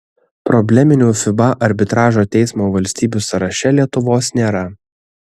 probleminių fiba arbitražo teismo valstybių sąraše lietuvos nėra